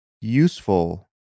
useful